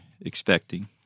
expecting